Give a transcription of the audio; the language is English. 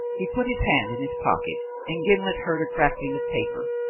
he put his hand in his pocket and gimblet heard a crackling of paper.